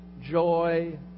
joy